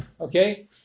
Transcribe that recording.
Okay